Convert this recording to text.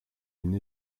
une